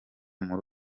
muri